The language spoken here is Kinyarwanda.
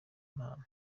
impano